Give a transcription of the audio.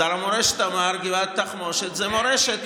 שר המורשת אמר: גבעת התחמושת זה מורשת,